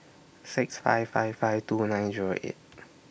six five five five two nine Zero eight